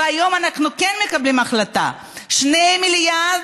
והיום אנחנו כן מקבלים החלטה: 2 מיליארד